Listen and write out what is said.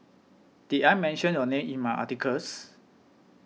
did I mention your name in my articles